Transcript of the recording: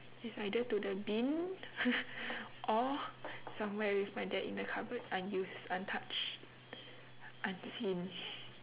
it's either to the bin or somewhere with my dad in the cupboard unused untouched unseen